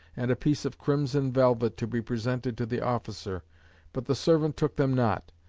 and a piece of crimson velvet to be presented to the officer but the servant took them not,